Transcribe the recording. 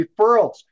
referrals